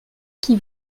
qui